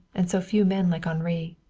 and so few men like henri.